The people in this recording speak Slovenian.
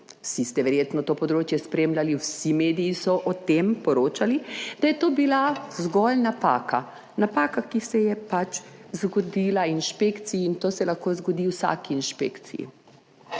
vsi ste verjetno to področje spremljali, vsi mediji so o tem poročali, da je to bila zgolj napaka, napaka, ki se je pač zgodila inšpekciji in to se lahko zgodi v vsaki inšpekciji.